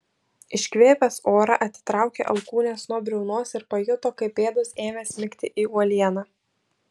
iškvėpęs orą atitraukė alkūnes nuo briaunos ir pajuto kaip pėdos ėmė smigti į uolieną